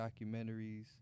documentaries